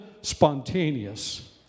spontaneous